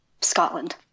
Scotland